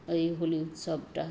ওই হোলি উৎসবটা